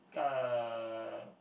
uh